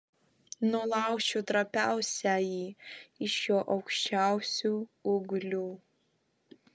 nulaušiu trapiausiąjį iš jo aukščiausių ūglių